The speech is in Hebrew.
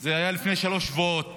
זה היה לפני שלושה שבועות,